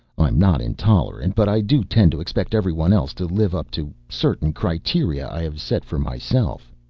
i'm not intolerant, but i do tend to expect everyone else to live up to certain criteria i have set for myself.